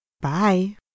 Bye